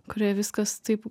kurioje viskas taip